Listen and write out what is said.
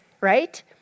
right